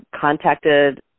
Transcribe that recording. contacted